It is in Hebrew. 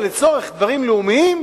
החליטה: לצורך דברים לאומיים,